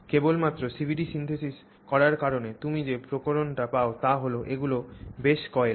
কেবলমাত্র CVD synthesis করার কারণে তুমি যে প্রকরণটি পাও তা হল এগুলি বেশ কয়েলড